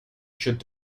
should